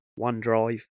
OneDrive